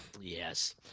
yes